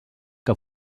que